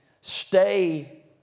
stay